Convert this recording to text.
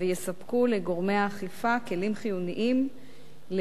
לגורמי האכיפה כלים חיוניים להתמודדות.